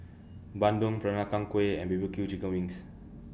Bandung Peranakan Kueh and B B Q Chicken Wings